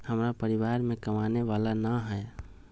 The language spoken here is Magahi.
हमरा परिवार में कमाने वाला ना है?